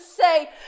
say